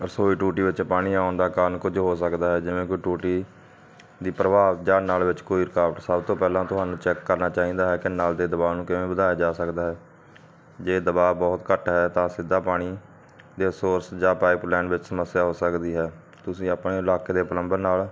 ਰਸੋਈ ਟੂਟੀ ਵਿੱਚ ਪਾਣੀ ਆਉਣ ਦਾ ਕਾਰਨ ਕੁਝ ਹੋ ਸਕਦਾ ਹੈ ਜਿਵੇਂ ਕੋਈ ਟੂਟੀ ਦੀ ਪ੍ਰਭਾਵ ਜਾਂ ਨਲ ਵਿੱਚ ਕੋਈ ਰੁਕਾਵਟ ਸਭ ਤੋਂ ਪਹਿਲਾਂ ਤੁਹਾਨੂੰ ਚੈੱਕ ਕਰਨਾ ਚਾਹੀਦਾ ਹੈ ਕਿ ਨਲ ਦੇ ਦਬਾ ਨੂੰ ਕਿਵੇਂ ਵਧਾਇਆ ਜਾ ਸਕਦਾ ਹੈ ਜੇ ਦਬਾ ਬਹੁਤ ਘੱਟ ਹੈ ਤਾਂ ਸਿੱਧਾ ਪਾਣੀ ਦੇ ਸੋਰਸ ਜਾ ਪਾਇਪਲੈਨ ਵਿੱਚ ਸਮੱਸਿਆ ਹੋ ਸਕਦੀ ਹੈ ਤੁਸੀਂ ਆਪਣੇ ਇਲਾਕੇ ਦੇ ਪਲੰਬਰ ਨਾਲ